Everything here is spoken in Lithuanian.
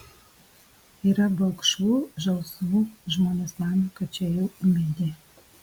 yra balkšvų žalsvų žmonės mano kad čia jau ūmėdė